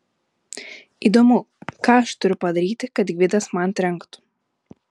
įdomu ką aš turiu padaryti kad gvidas man trenktų